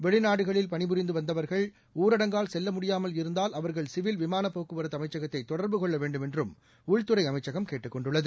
வெளிநாடுகளில் பணிபுரிந்துவந்தவர்கள் ஊரடங்கால் செல்லமுடியாமல் இருந்தால் அவர்கள் சிவில் விமானப் போக்குவரத்துஅமைச்சகத்தைதொடர்பு கொள்ளவேண்டும் என்றும் உள்துறைஅமைச்சகம் கேட்டுக் கொண்டுள்ளது